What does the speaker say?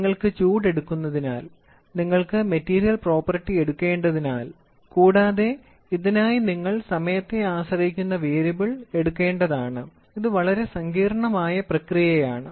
നിങ്ങൾക്ക് ചൂട് എടുക്കുന്നതിനാൽ നിങ്ങൾക്ക് മെറ്റീരിയൽ പ്രോപ്പർട്ടി എടുക്കേണ്ടതിനാൽ കൂടാതെ ഇതിനായി നിങ്ങൾ സമയത്തെ ആശ്രയിക്കുന്ന വേരിയബിൾ എടുക്കേണ്ടതാണ് ഇത് വളരെ സങ്കീർണ്ണമായ പ്രക്രിയയാണ്